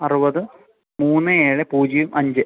അറുപത് മൂന്ന് ഏഴ് പൂജ്യം അഞ്ച്